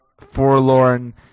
forlorn